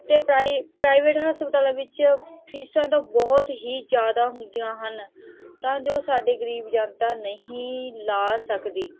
ਅਤੇ ਪ੍ਰਾਈ ਪ੍ਰਾਈਵੇਟ ਸਪਤਾਲਾਂ ਵਿੱਚ ਫੀਸਾਂ ਤਾਂ ਬਹੁਤ ਹੀ ਜ਼ਿਆਦਾ ਹੁੰਦੀਆਂ ਹਨ ਤਾਂ ਜੋ ਸਾਡੇ ਗਰੀਬ ਜਨਤਾ ਨਹੀਂ ਲਾ ਸਕਦੀ